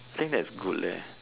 same as good leh